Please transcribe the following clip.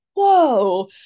whoa